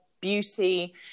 beauty